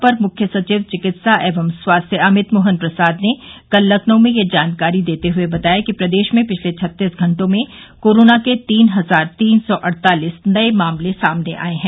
अपर मुख्य सचिव चिकित्सा एवं स्वास्थ्य अमित मोहन प्रसाद ने कल लखनऊ में यह जानकारी देते हए बताया कि प्रदेश में पिछले छत्तीस घंटों में कोरोना के तीन हजार तीन सौ अड़तालीस नये मामले सामने आये हैं